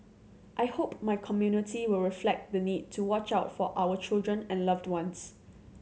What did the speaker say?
I hope my community will reflect the need to watch out for our children and loved ones